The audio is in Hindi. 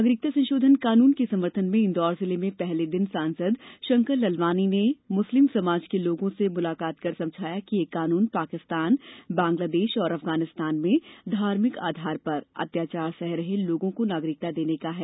नागरिकता संशोधन कानून के समर्थन में इंदौर जिले में पहले दिन सांसद शंकर लालवानी ने मुस्लिम समाज के लोगों से मुलाकात कर समझाया कि ये कानून पाकिस्तान बांग्लादेश और अफगानिस्तान में धार्भिक आधार पर अत्याचार सह रहे लोगों को नागरिकता देने का है